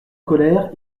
colère